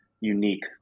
unique